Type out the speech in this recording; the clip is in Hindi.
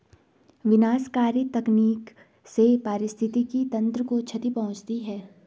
विनाशकारी तकनीक से पारिस्थितिकी तंत्र को क्षति पहुँचती है